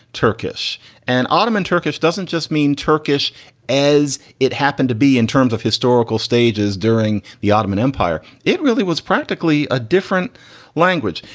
turkish and ottoman. turkish doesn't just mean turkish as it happened to be in terms of historical stages during the ottoman empire. it really was practically a different language.